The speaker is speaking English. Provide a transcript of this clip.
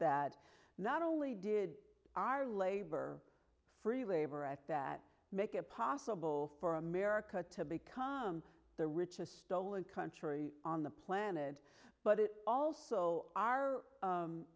that not only did our labor free labor at that make it possible for america to become the richest stolen country on the planet but it also